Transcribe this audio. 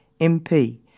MP